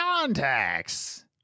contacts